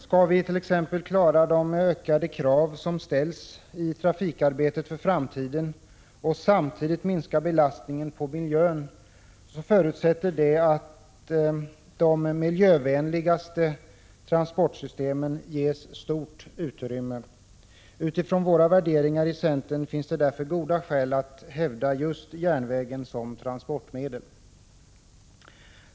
Skall vi t.ex. klara de ökade krav som ställs i trafikarbetet för framtiden och samtidigt minska belastningen på miljön, förutsätter det att de miljövänligaste transportsystemen ges stort utrymme. Utifrån centerns värderingar finns det därför goda skäl att framhålla just järnvägens betydelse som transportmedel.